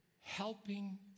helping